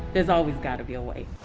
there's always got to be a way.